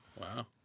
Wow